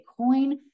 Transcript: bitcoin